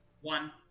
one